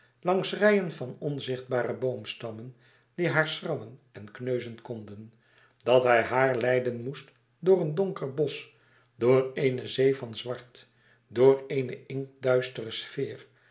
langs rijen van onzichtbare boomstammen die haar schrammen en kneuzen konden dat hij haar leiden moest door een donker bosch door eene zee van zwart door eene inktduistere sfeer